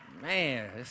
Man